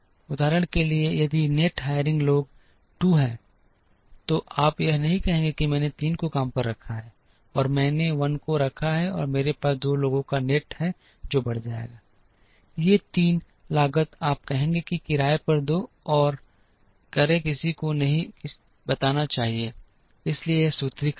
उदाहरण के लिए यदि नेट हायरिंग लोग 2 हैं तो आप यह नहीं कहेंगे कि मैंने 3 को काम पर रखा है और मैंने 1 को रखा है और मेरे पास 2 लोगों का नेट है जो बढ़ जाएगा ये 3 लागत आप कहेंगे कि किराए पर दो और करें किसी को भी नहीं बताना चाहिए इसलिए यह सूत्रीकरण है